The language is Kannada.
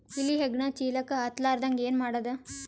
ಇಲಿ ಹೆಗ್ಗಣ ಚೀಲಕ್ಕ ಹತ್ತ ಲಾರದಂಗ ಏನ ಮಾಡದ?